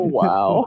wow